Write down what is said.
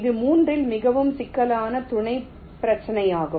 இது 3 ல் மிகவும் சிக்கலான துணைப் பிரச்சினையாகும்